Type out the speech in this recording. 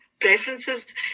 preferences